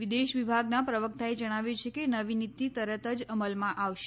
વિદેશ વિભાગના પ્રવક્તાએ જણાવ્યું છે કે નવી નીતિ તરત જ અમલમાં આવશે